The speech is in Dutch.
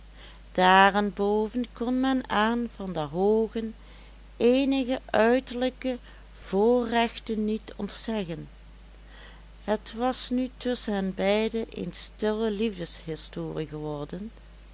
daarenboven kon men aan van der hoogen eenige uiterlijke voorrechten niet ontzeggen het was nu tusschen hen beiden een stille liefdeshistorie geworden